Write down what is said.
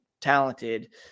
talented